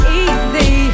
easy